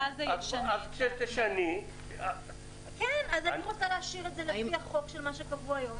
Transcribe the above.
אז כשתשני --- אז אני רוצה להשאיר את זה לפי החוק של מה שקבוע היום,